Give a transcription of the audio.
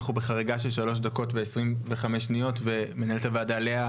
אנחנו בחריגה של שלוש דקות ו-25 שניות ומנהלת הוועדה לאה,